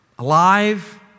Alive